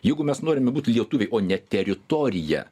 jeigu mes norime būti lietuviai o ne teritorija